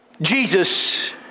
Jesus